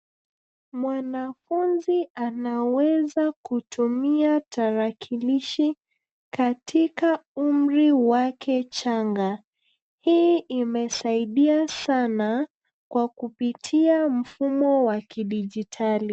Mwanafunzi anaweza kutumia tarakilishi, katika umri wake changa. Hii imesaidia sana kwa kupitia mfumo wa kidigitali.